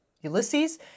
Ulysses